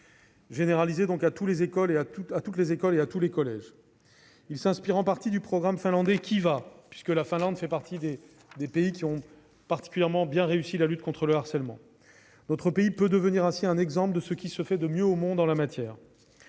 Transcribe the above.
programme pHARe à toutes les écoles et à tous les collèges. Celui-ci s'inspire en partie du programme finlandais KiVa, la Finlande faisant partie des pays qui ont particulièrement bien réussi dans le domaine de la lutte contre le harcèlement. Notre pays peut devenir ainsi un exemple de ce qui se fait de mieux au monde en la matière.